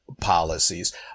policies